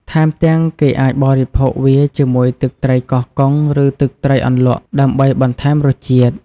ថែមទាំងគេអាចបរិភោគវាជាមួយទឹកត្រីកោះកុង ឬទឹកត្រីអន្លក់ ដើម្បីបន្ថែមរសជាតិ។